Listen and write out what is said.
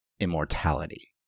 immortality